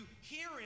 hearing